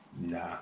nah